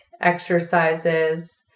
exercises